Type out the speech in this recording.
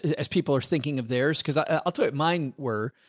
as people are thinking of theirs. cause i'll tell you mine were,